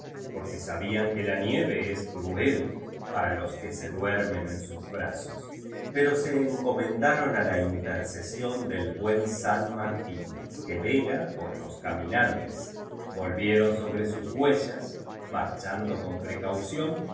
porque sabían que la nieve es cruel para los que se duermen en sus brazos pero se encomendar o n a la intercesión del buen san mar tín que vela por los caminantes volvieron sobre sus huellas marchando con precaución